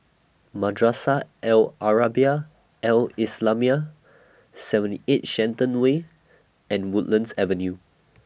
Madrasah Al Arabiah Al Islamiah seventy eight Shenton Way and Woodlands Avenue